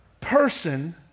person